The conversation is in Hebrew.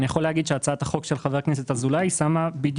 הצעת החוק של חבר הכנסת אזולאי שמה את